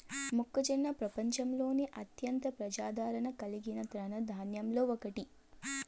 మొక్కజొన్న ప్రపంచంలోనే అత్యంత ప్రజాదారణ కలిగిన తృణ ధాన్యాలలో ఒకటి